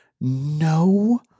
no